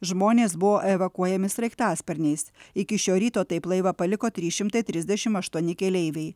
žmonės buvo evakuojami sraigtasparniais iki šio ryto taip laivą paliko trys šimtai trisdešimt aštuoni keleiviai